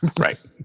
Right